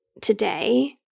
today